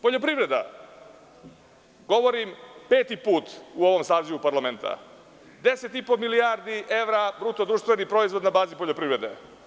Poljoprivreda, govorim peti put u ovom sazivu parlamenta, 10,5 milijardi evra BDP na bazi poljoprivrede.